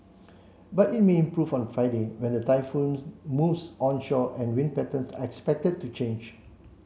but it may improve on Friday when the typhoon moves onshore and wind patterns are expected to change